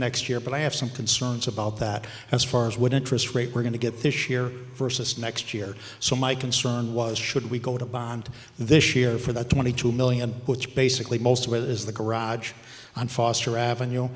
next year but i have some concerns about that as far as what interest rate we're going to get this year versus next year so my concern was should we go to a bond this year for the twenty two million which basically most of it is the garage on foster avenue